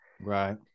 right